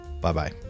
Bye-bye